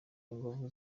inguvu